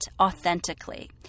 authentically